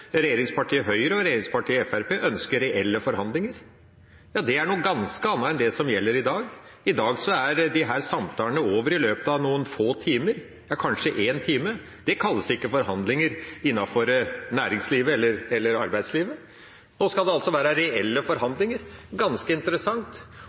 regjeringspartiet Høyre og regjeringspartiet Fremskrittspartiet ønsker reelle forhandlinger. Det er noe ganske annet enn det som gjelder i dag. I dag er disse samtalene over i løpet av noen få timer – kanskje én time. Det kalles ikke forhandlinger innenfor næringslivet eller arbeidslivet. Nå skal det altså være reelle